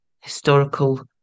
historical